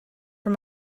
for